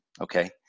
okay